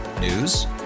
News